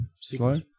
Slow